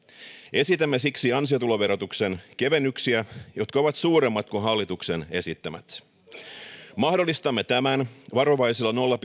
esitämme siksi ansiotuloverotuksen kevennyksiä jotka ovat suuremmat kuin hallituksen esittämät mahdollistamme tämän varovaisella nolla